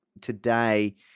today